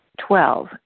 Twelve